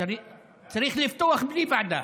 צריך לפתוח בלי ועדה.